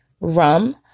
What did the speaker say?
rum